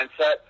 mindset